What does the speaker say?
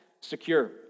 secure